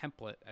template